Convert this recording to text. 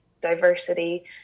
diversity